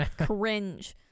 Cringe